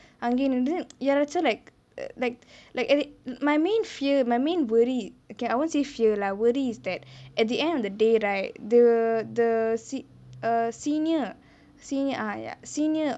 அங்கே நின்டு யாராச்சோ:ange nindu yaaracho like like my main fear my main worry okay I won't say fear lah worry is that at the end of the day right the the se~ err senior senior ah ya senior